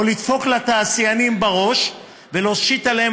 או לדפוק לתעשיינים בראש ולהשית עליהם